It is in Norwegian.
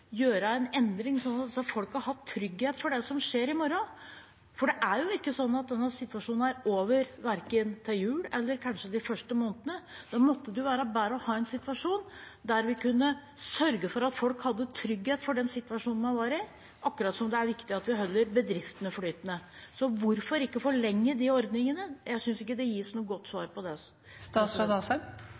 gjøre en endring sånn at disse har trygghet for det som skjer i morgen? Det er jo ikke sånn at denne situasjonen er over verken til jul eller kanskje de første månedene. Da måtte det være bedre om vi kunne sørge for at folk hadde trygghet for den situasjonen de er i, akkurat som det er viktig at vi holder bedriftene flytende. Hvorfor ikke forlenge de ordningene? Jeg synes ikke det gis noe godt svar på det